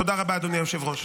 תודה רבה, אדוני היושב-ראש.